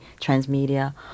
transmedia